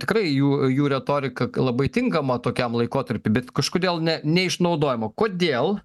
tikrai jų jų retorika labai tinkama tokiam laikotarpiui bet kažkodėl ne neišnaudojama kodėl